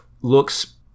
looks